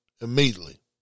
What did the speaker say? immediately